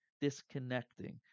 disconnecting